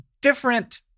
different